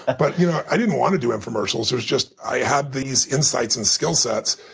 ah but you know i didn't want to do infomercials. it was just i had these insights and skillsets.